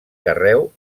carreu